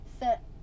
set